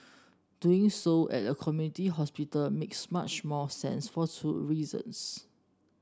doing so at a community hospital makes much more sense for two reasons